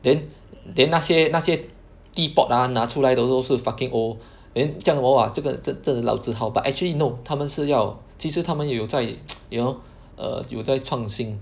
then then 那些那些 teapot ah 拿出来都是 fucking old then 降落 ah 这个真的老字号 but actually no 它们是要其实它们也有在 you know err 有在创新